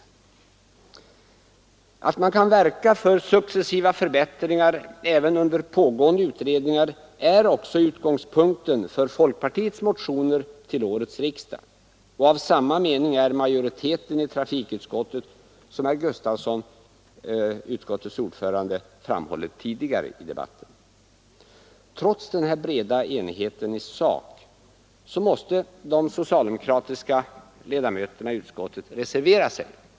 Uppfattningen att man kan verka för successiva förbättringar även under pågående utredning är också utgångspunkten för folkpartiets motioner till årets riksdag, och av samma mening är majoriteten i utskottet, som herr Sven Gustafson i Göteborg — utskottets ordförande — framhållit tidigare i debatten. Trots den här breda enigheten i sak måste de socialdemokratiska ledamöterna i utskottet reservera sig.